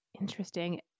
Interesting